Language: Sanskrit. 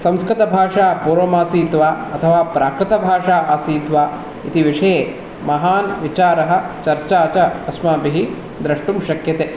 संस्कृतभाषा पूर्वमासीत् वा अथवा प्राकृतभाषा आसीत् वा इति विषये महान् विचारः चर्चा च अस्माभिः द्रष्टुं शक्यते